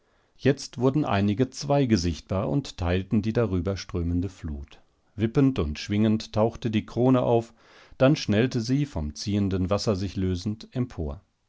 jetzt wurden einige zweige sichtbar und teilten die darüberströmende flut wippend und schwingend tauchte die krone auf dann schnellte sie vom ziehenden wasser sich lösend empor